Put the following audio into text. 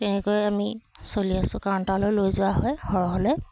তেনেকৈ আমি চলি আছোঁ কাউণ্টাৰলৈ লৈ যোৱা হয় সৰহ হ'লে